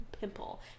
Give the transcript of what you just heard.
pimple